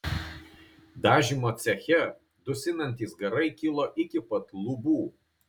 dažymo ceche dusinantys garai kilo iki pat lubų